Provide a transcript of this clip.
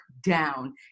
down